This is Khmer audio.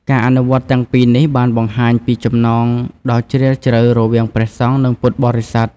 ការអនុវត្តន៍ទាំងពីរនេះ បានបង្ហាញពីចំណងដ៏ជ្រាលជ្រៅរវាងព្រះសង្ឃ និងពុទ្ធបរិស័ទ។